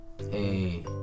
hey